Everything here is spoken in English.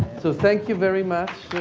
so thank you very much